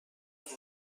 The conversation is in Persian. دقتی